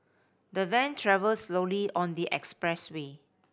the van travelled slowly on the expressway